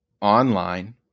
online